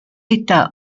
états